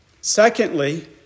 Secondly